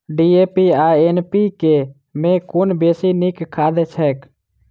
DAP आ NPK मे कुन बेसी नीक खाद छैक?